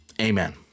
Amen